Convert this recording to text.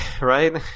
right